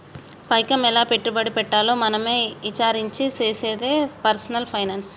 పైకం ఎలా పెట్టుబడి పెట్టాలో మనమే ఇచారించి చేసేదే పర్సనల్ ఫైనాన్స్